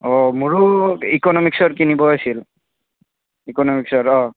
অঁ মোৰো ইকনমিক্সৰ কিনিব আছিল ইকনমিক্সৰ অঁ